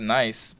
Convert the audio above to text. nice